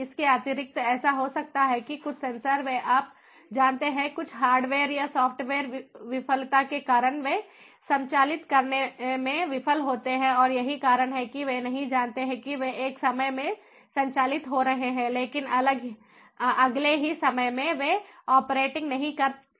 इसके अतिरिक्त ऐसा हो सकता है कि कुछ सेंसर वे आप जानते हैं कुछ हार्डवेयर या सॉफ़्टवेयर विफलता के कारण वे संचालित करने में विफल होते हैं और यही कारण है कि वे नहीं जानते हैं कि वे एक समय में संचालित हो रहे हैं लेकिन अगले ही समय में वे ऑपरेटिंग नहीं कर सकते हैं